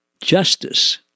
Justice